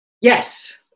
Yes